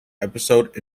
episode